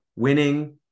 Winning